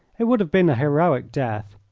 it would have been a heroic death,